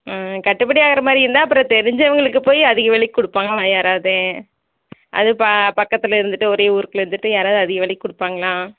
ம் கட்டுபடி ஆகுற மாதிரி இருந்தா அப்புறம் தெரிஞ்சவங்களுக்கு போய் அதிக விலைக்கு கொடுப்பாங்களா யாராவது அது பக்கத்தில் இருந்துட்டு ஒரே ஊருக்குள்ளே இருந்துட்டு யாராவது அதிக விலைக்கு கொடுப்பாங்களா